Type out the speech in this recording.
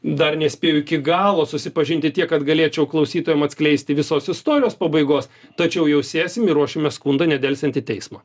dar nespėjau iki galo susipažinti tiek kad galėčiau klausytojam atskleisti visos istorijos pabaigos tačiau jau sėsim ir ruošiame skundą nedelsiant į teismą